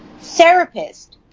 therapist